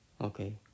okay